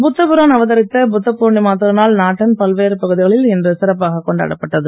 புத்தபிரான் அவதரித்த புத்த பூர்ணிமா திருநாள் நாட்டின் பல்வேறு பகுதிகளில் இன்று சிறப்பாக கொண்டாடப்பட்டது